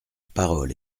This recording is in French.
parole